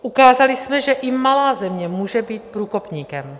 Ukázali jsme, že i malá země může být průkopníkem.